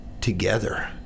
together